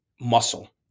Muscle